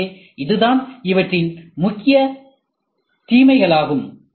எனவே இதுதான் இவற்றின் முக்கிய தீமைகள் ஆகும்